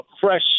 fresh